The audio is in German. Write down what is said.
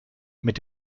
mit